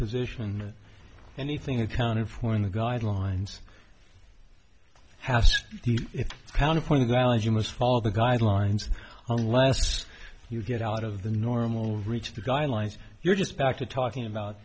position anything accounted for in the guidelines has the counterpoint grounds you must follow the guidelines on last you get out of the normal reach of the guidelines you're just back to talking about